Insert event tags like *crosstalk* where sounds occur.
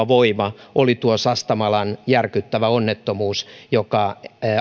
*unintelligible* voima oli tuo sastamalan järkyttävä onnettomuus joka